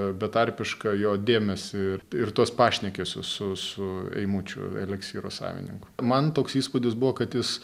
betarpišką jo dėmesį ir ir tuos pašnekesius su eimučiu eliksyro savininku man toks įspūdis buvo kad jis